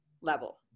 level